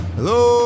Hello